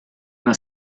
una